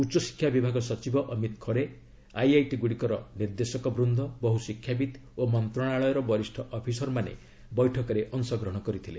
ଉଚ୍ଚଶିକ୍ଷା ବିଭାଗ ସଚିବ ଅମିତ୍ ଖରେ ଆଇଆଇଟିଗୁଡ଼ିକର ନିର୍ଦ୍ଦେଶକବୃନ୍ଦ ବହୁ ଶିକ୍ଷାବିତ୍ ଓ ମନ୍ତ୍ରଣାଳୟର ବରିଷ୍ଠ ଅଫିସରମାନେ ବୈଠକରେ ଅଂଶଗ୍ରହଣ କରିଥିଲେ